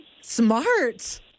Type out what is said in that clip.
Smart